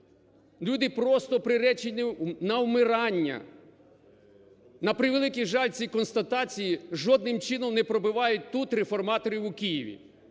Люди просто приречені на вмирання. На превеликий жаль, ці констатації жодним чином не пробивають тут реформаторів у Києві.